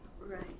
right